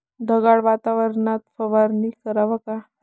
ढगाळ वातावरनात फवारनी कराव का?